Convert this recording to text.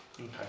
Okay